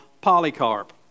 Polycarp